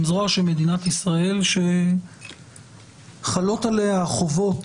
הם זרוע של מדינת ישראל שחלות עליה החובות,